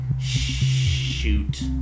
Shoot